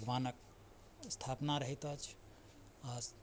भगवानक स्थापना रहैत अछि आओर